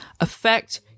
affect